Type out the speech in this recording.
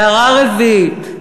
הערה רביעית: